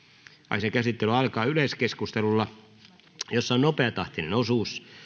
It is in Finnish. asian käsittely alkaa yleiskeskustelulla jossa on nopeatahtinen osuus